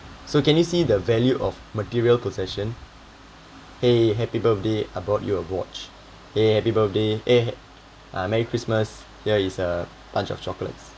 so can you see the value of material possession !hey! happy birthday I bought you a watch !hey! happy birthday !hey! merry christmas here is a bunch of chocolates